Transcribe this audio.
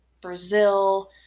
brazil